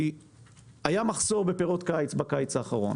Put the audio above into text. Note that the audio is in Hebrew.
היה מחסור בפירות קיץ בקיץ האחרון